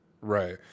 Right